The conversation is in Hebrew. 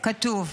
כן, כתוב.